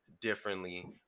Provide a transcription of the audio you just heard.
differently